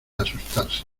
asustarse